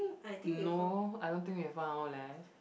no I don't think we have one hour left